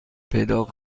پیدا